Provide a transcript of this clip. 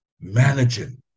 managing